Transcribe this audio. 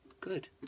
Good